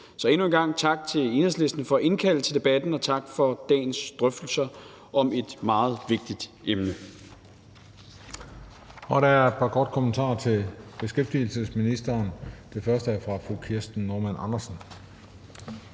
Så endnu en gang tak til Enhedslisten for at indkalde til debatten, og tak for dagens drøftelser om et meget vigtigt emne.